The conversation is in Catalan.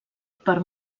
per